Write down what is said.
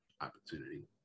opportunity